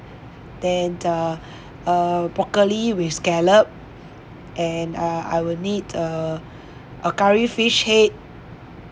then uh uh broccoli with scallop and uh I will need a a curry fish head